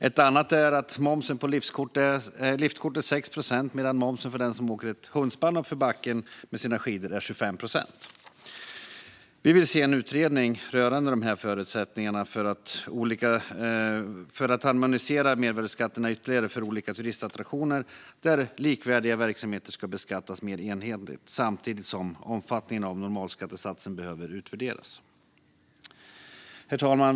Ett annat är att momsen på liftkort är 6 procent medan momsen för den som åker hundspann uppför backen på sina skidor är 25 procent. Vi vill se en utredning rörande förutsättningarna för att ytterligare harmonisera mervärdesskattesatserna för olika turistattraktioner, där likvärdiga verksamheter ska beskattas mer enhetligt, samtidigt som omfattningen av normalskattesatsen behöver utvärderas. Herr talman!